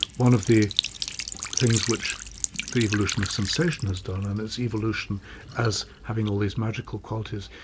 one of the things which the evolution of sensation has done, and it's evolution as having all these magical qualities,